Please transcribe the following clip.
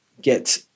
get